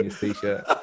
t-shirt